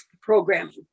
programming